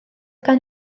gan